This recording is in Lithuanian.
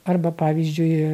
arba pavyzdžiui